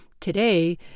today